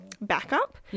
backup